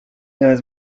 has